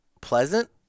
pleasant